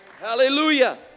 Hallelujah